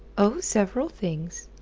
oh, several things.